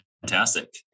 fantastic